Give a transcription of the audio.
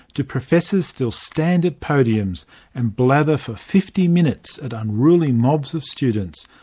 do professors still stand at podiums and blather for fifty minutes at unruly mobs of students,